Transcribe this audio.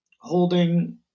holding